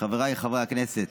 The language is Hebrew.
חבריי חברי הכנסת,